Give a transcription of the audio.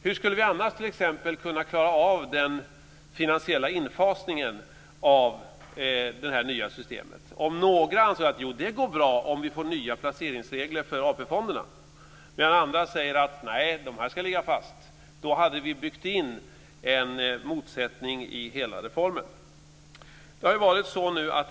Hur skulle vi annars t.ex. kunna klara av den finansiella infasningen av det nya systemet? Om några ansåg att det gick bra om vi fick nya placeringsregler för AP-fonderna, medan andra sade att reglerna skulle ligga fast, hade vi byggt in en motsättning i hela reformen.